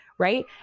right